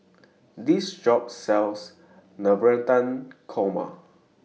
This Shop sells Navratan Korma